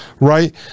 right